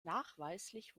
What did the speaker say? nachweislich